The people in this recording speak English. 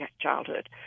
childhood